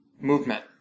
movement